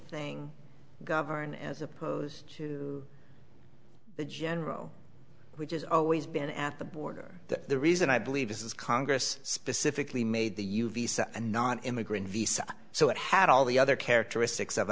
thing govern as opposed to the general which is always been at the border that the reason i believe is is congress specifically made the u v and nonimmigrant visa so it had all the other characteristics of